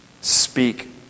Speak